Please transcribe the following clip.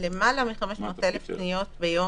למעלה מ-500,000 פניות ביום,